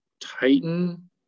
titan